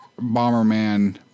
Bomberman